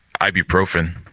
ibuprofen